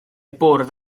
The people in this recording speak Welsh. bwrdd